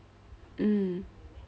mm